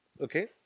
Okay